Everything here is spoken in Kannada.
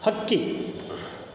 ಹಕ್ಕಿ